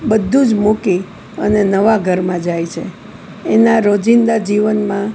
બધું જ મૂકી અને નવાં ઘરમાં જાય છે એનાં રોજિંદા જીવનમાં